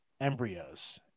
embryos